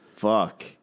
fuck